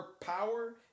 power